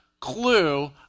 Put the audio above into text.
clue